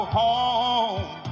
home